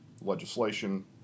legislation